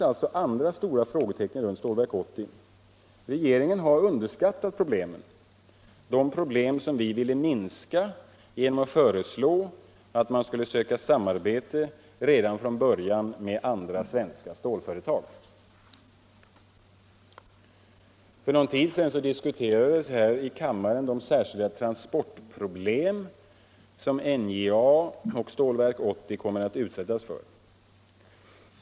Regeringen har underskattat problemen — de problem som vi ville minska genom att föreslå att man redan från början skulle söka samarbete med andra svenska stålföretag. För någon tid sedan diskuterades här i kammaren de särskilda transportproblem som NJA och Stålverk 80 kommer att utsättas för.